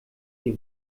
die